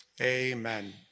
Amen